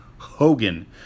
hogan